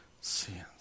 sins